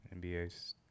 NBA's